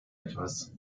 etwas